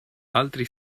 altri